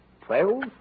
Twelve